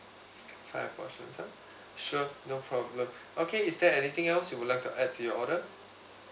five portions ah sure no problem okay is there anything else you would like to add to your order